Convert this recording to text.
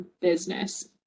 business